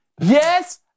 Yes